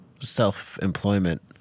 self-employment